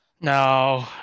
No